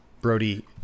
Brody